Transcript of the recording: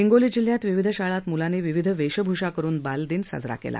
हिंगोली जिल्ह्यात विविध शाळांत मुलांनी विविध वेशभूषा करून बालक दिन साजरा केला